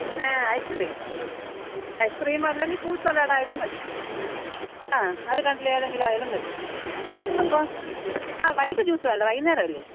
പിന്നെ ice cream ice cream അല്ലെങ്കിൽ fruit salad ആയാലും മതി ആ അതിൽ രണ്ടിൽ ഏതെങ്കിലും ആയാലും മതി അപ്പം ആ വൈകീട്ട് ജ്യൂസ് വേണ്ടേ വൈകുന്നേരം അല്ലേ